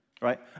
right